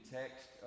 text